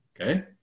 Okay